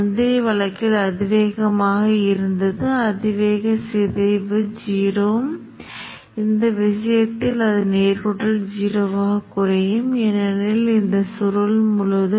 முதல் முறை உருவகப்படுத்துதலுக்கு சிறிது நேரம் எடுக்கும் ஏனெனில் அது நிலையான நிலையை அடையும் வரை நீட்டிக்கப்பட்ட வரம்பைக் கொடுத்திருப்பீர்கள்